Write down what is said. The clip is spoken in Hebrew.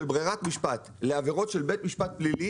ברירת משפט לעבירות של בית משפט פלילי,